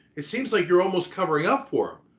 it seems like you're almost covering up for him.